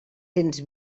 cents